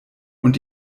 und